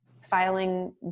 filing